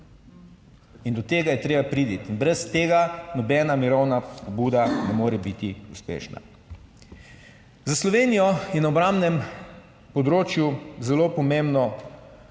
In do tega je treba priti, brez tega nobena mirovna pobuda ne more biti uspešna. Za Slovenijo je na obrambnem področju zelo pomembno